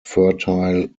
fertile